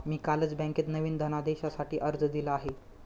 मी कालच बँकेत नवीन धनदेशासाठी अर्ज दिला आहे